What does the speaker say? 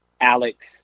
Alex